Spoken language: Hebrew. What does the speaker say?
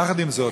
יחד עם זאת,